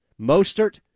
Mostert